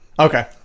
Okay